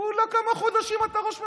כולה כמה חודשים אתה ראש ממשלה?